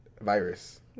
Virus